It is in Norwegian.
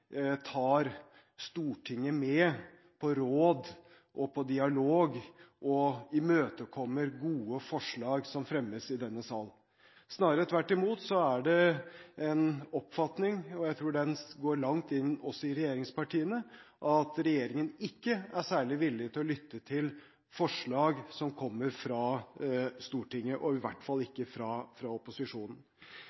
denne sal. Snarere tvert imot er det en oppfatning, og jeg tror den går langt inn også i regjeringspartiene, at regjeringen ikke er særlig villig til å lytte til forslag som kommer fra Stortinget – og i hvert fall